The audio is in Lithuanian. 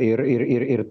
ir ir ir ir